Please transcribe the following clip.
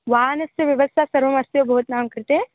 वाहनस्य व्यवस्था सर्वमस्ति वा भवतां कृते